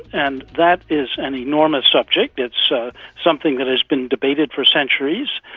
and that is an enormous subject, it's so something that has been debated for centuries.